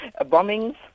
Bombings